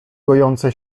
gojące